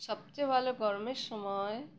সবচেয়ে ভালো গরমের সময়